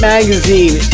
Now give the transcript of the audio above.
Magazine